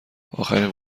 آخرین